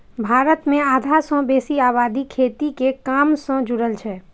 भारत मे आधा सं बेसी आबादी खेती के काम सं जुड़ल छै